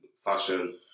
fashion